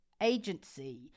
agency